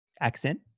accent